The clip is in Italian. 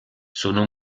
sono